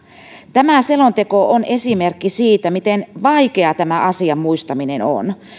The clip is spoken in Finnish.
tämä selonteko on esimerkki siitä miten vaikeaa tämän asian muistaminen on